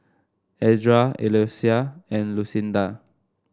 Edra Eloisa and Lucinda